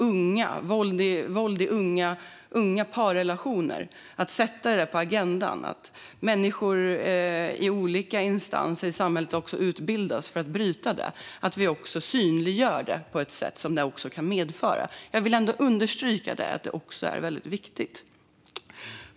Det är viktigt att våld i unga parrelationer sätts på agendan. Och människor inom olika instanser i samhället bör utbildas för att kunna bryta det. Vi måste synliggöra det på ett sätt som medför det. Jag vill understryka att det är viktigt.